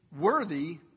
worthy